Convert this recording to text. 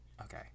okay